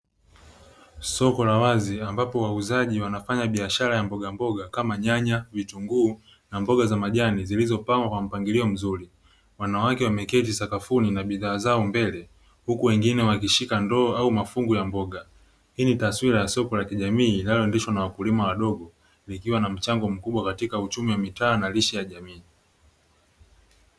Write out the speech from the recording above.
Soko la wazi ambapo wauzaji wanafanya biashara ya mbogamboga kama nyanya, vitunguuu na mboga za majani zilizopangwa kwa mpangilio mzuri, wanawake wameketi sakafuni na bidhaa zao mbele huku wengine wakishika ndoo au mafungu ya mboga. Hii ni taswira ya soko la kijamii linaloendeshwa na wakulima wadogo likiwa na mchango mkubwa katika uchumi wa mitaa na lishe ya jamii.